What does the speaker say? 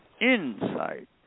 Insight